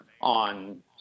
on